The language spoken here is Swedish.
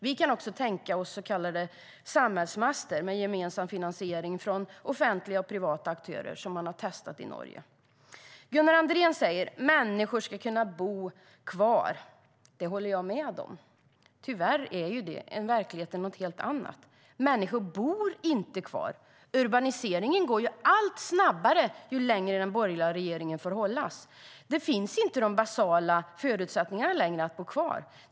Vi kan också tänka oss så kallade samhällsmaster med gemensam finansiering från offentliga och privata aktörer, som man har testat i Norge. Gunnar Andrén säger: Människor ska kunna bo kvar. Det håller jag med om. Tyvärr är verkligheten en helt annan. Människor bor inte kvar. Urbaniseringen går allt snabbare ju längre den borgerliga regeringen får hållas. De basala förutsättningarna för att bo kvar finns inte längre.